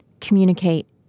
communicate